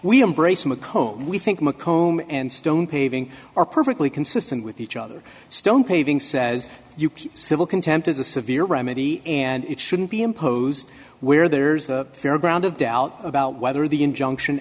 we embrace mccomb we think mccomb and stone paving are perfectly consistent with each other stone paving says civil contempt is a severe remedy and it shouldn't be imposed where there's a fair ground of doubt about whether the injunction